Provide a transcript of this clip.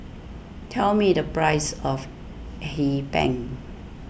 tell me the price of Hee Pan